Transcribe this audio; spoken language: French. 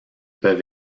peuvent